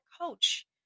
coach